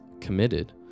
committed